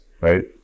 right